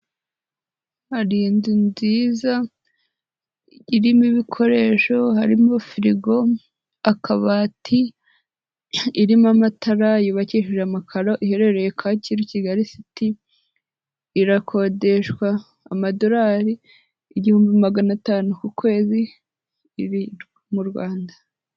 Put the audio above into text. Hari inzu nziza irimo ibikoresho, harimo firigo, akabati, irimo amatara, yubakishije amakaro, iherereye Kacyiru Kigali City, irakodeshwa amadolari igihumbi magana atanu ku kwezi, iri mu Rwanda.